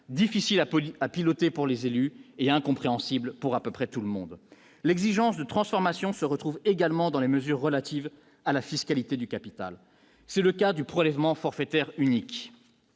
difficile à à piloter pour les élus et incompréhensible pour à peu près tout le monde l'exigence de transformation se retrouve également dans les mesures relatives à la fiscalité du capital, c'est le cas du prélèvement forfaitaire unique,